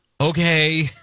Okay